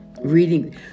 reading